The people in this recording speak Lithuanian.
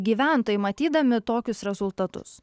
gyventojai matydami tokius rezultatus